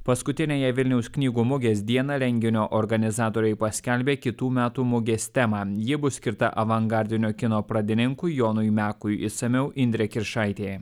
paskutiniąją vilniaus knygų mugės dieną renginio organizatoriai paskelbė kitų metų mugės temą ji bus skirta avangardinio kino pradininkui jonui mekui išsamiau indrė kiršaitė